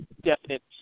definite